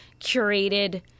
curated